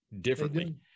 differently